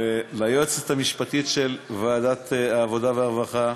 וליועצת המשפטית של ועדת העבודה והרווחה,